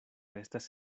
estas